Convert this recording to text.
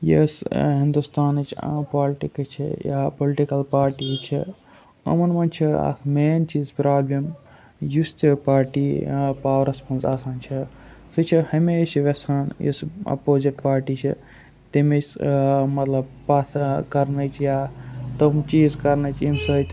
یۄس ہِندوستانٕچ پالٹِکٕس چھےٚ یا پُلٹِکَل پاٹیٖز چھِ یِمَن منٛز چھِ اَکھ مین چیٖز پرٛابلِم یُس تہِ پارٹی پاورَس منٛز آسان چھِ سُہ چھِ ہمیشہِ یژھان یُس اَپوزِٹ پارٹی چھِ تٔمِس مطلب پَتھ کَرنٕچ یا تِم چیٖز کَرںٕچ ییٚمہِ سۭتۍ